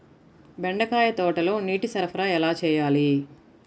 బెండకాయ తోటలో నీటి సరఫరా ఎలా చేయాలి?